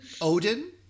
Odin